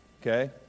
Okay